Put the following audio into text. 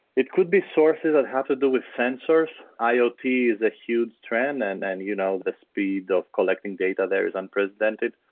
it could be sources that have to do with sensors. iot yeah is a huge trend and and you know the speed of collecting data there is unprecedented.